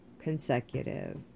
consecutive